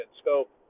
scope